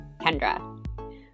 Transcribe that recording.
Kendra